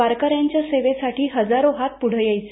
वारक यांच्या सेवेसाठी हजारो हात पुढे यायचे